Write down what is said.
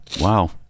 Wow